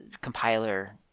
compiler